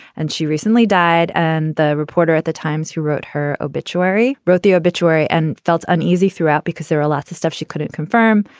and she recently died. and the reporter at the times who wrote her obituary wrote the obituary and felt uneasy throughout because there are lots of stuff she couldn't confirm.